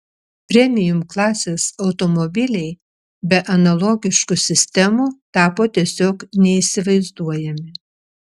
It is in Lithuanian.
premium klasės automobiliai be analogiškų sistemų tapo tiesiog neįsivaizduojami